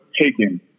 taken